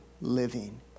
living